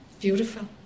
Beautiful